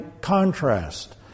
contrast